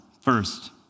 First